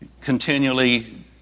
continually